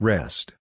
Rest